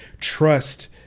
trust